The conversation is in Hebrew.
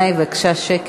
באולם.